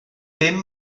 bum